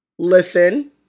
Listen